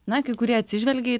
na kai kurie atsižvelgė į